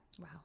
wow